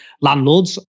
landlords